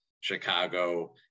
Chicago